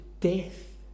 death